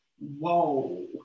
whoa